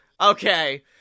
Okay